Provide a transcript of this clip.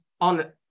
on